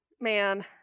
man